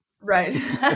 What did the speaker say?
right